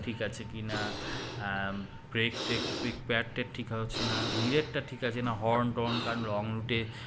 ঠিক আছে কি না ব্রেক ট্রেক ব্রেক প্যাডটা ঠিক হচ্ছে না মিররটা ঠিক আছে না হর্ন টর্ন কারণ লং রুটে